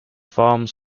forms